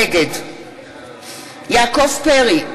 נגד יעקב פרי,